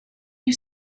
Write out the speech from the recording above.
you